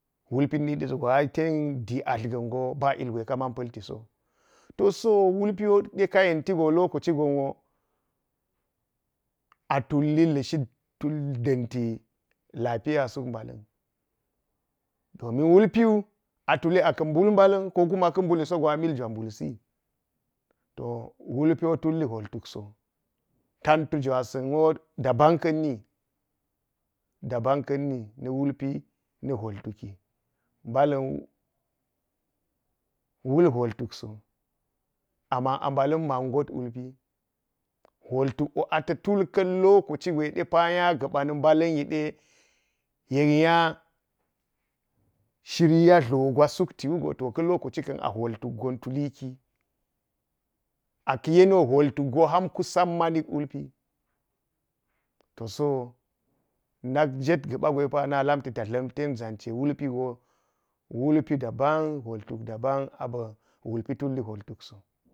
Wulpi niɗa sogo ai tendi atl ganga ba ilgwe kaman paltiso, to so wulade ka yentiwu lokaciyon wu a tulli lashi d-danti lapiya suk balan. domin wulpiwu a tuli aka bulbalan ko kuma ka buli sogwa a miljwa bulsi, to wulpiwo ta tulli holtukso, tantu juwa sanwo daban kanni, dabankanni na wulpi na holtukki balan wul holtukso amman a balan man got wulpi goltukwo ata tulkan lokaci gwe pa nya gapa na balamide yek nya shirya tlogwa sukti wugo to ka lokacin a hottukgon tuliki, a ka yeniwa hottukgo har kusan manik wulpi, to so nakjet gapa gwe pa ana lamti ta tlam ten ʒance wulpigo wulpi daban holtuk daban abi wulpi tulli holtukso.